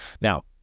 Now